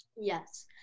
Yes